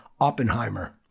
Oppenheimer